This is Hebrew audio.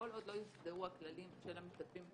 שכל עוד לא יוסדרו הכללים של השחקנים,